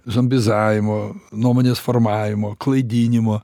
zumbizavimo nuomonės formavimo klaidinimo